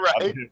right